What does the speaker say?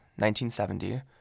1970